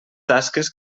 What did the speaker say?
tasques